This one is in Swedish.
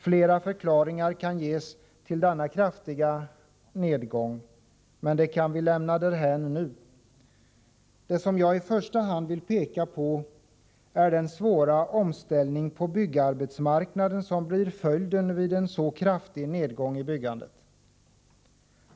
Flera förklaringar kan ges till denna kraftiga nedgång, men det kan vi lämna därhän nu. Det som jag i första hand vill peka på är den svåra omställning på byggarbetsmarknaden som blir följden vid en så kraftig nedgång i byggandet.